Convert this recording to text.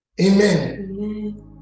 Amen